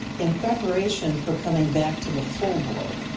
in preparation for coming back to the full board.